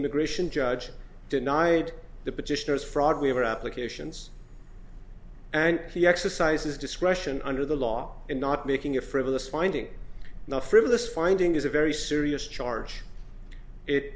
immigration judge denied the petitioners fraud we have our applications and he exercises discretion under the law and not making a frivolous finding not frivolous finding is a very serious charge it